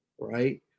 right